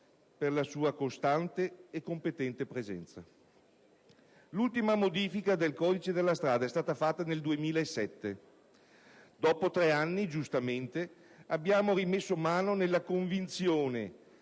per la sua costante e competente presenza. L'ultima modifica del codice della strada è avvenuta nel 2007; dopo tre anni - giustamente - abbiamo rimesso mano, nella convinzione